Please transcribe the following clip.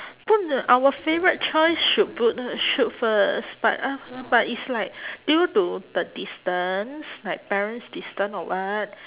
put the our favourite choice should put th~ shoot first but uh but it's like due to the distance like parents distance or what